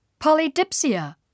Polydipsia